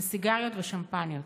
של סיגריות ושמפניות,